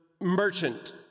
merchant